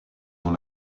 dans